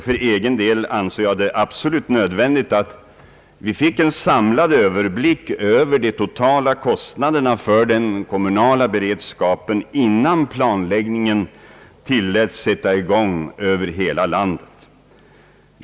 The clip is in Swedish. För egen del ansåg jag det absolut nödvändigt att vi fick en samlad överblick över de totala kostnaderna för den kommunala beredskapen innan planläggningen tilläts sätta i gång över hela landet.